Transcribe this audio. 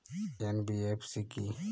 NBFC কী?